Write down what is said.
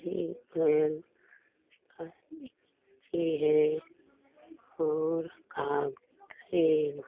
कोयल अच्छे हैं और काग